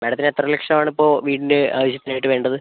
മേഡത്തിന് എത്ര ലക്ഷമാണിപ്പോൾ വീടിൻ്റെ ആവശ്യത്തിനായിട്ട് വേണ്ടത്